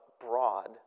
broad